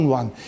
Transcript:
one